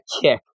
kick